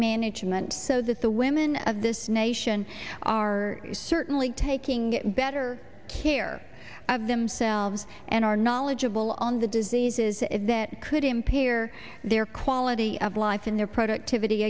management so that the women of this nation are certainly taking better care of themselves and are knowledgeable on the diseases that could impair their quality of life and their productivity